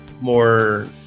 more